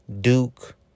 Duke